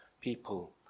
people